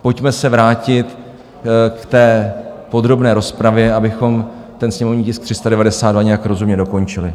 Pojďme se vrátit k té podrobné rozpravě, abychom ten sněmovní tisk 392 nějak rozumně dokončili.